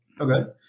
okay